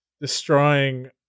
destroying